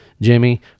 Jimmy